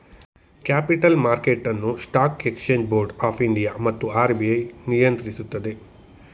capital market ಅನ್ನು stock exchange board of India ಮತ್ತು RBI ನಿಯಂತ್ರಿಸುತ್ತದೆ